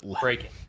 Breaking